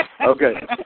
Okay